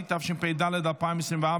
היא תעבור לוועדת הכנסת להחלטה,